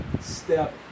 step